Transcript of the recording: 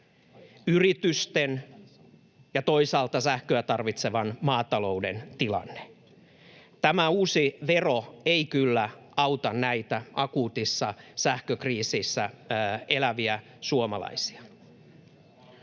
yritysten ja toisaalta sähköä tarvitsevan maatalouden tilanne. Tämä uusi vero ei kyllä auta näitä akuutissa sähkökriisissä eläviä suomalaisia.